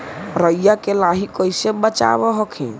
राईया के लाहि कैसे बचाब हखिन?